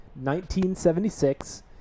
1976